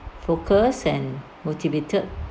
focus and motivated